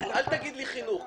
אל תגיד לי בחינוך,